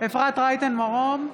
אפרת רייטן מרום,